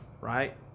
Right